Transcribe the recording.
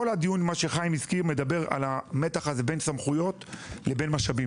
כל מה שחיים הזכיר מדבר על המתח בין סמכויות לבין משאבים.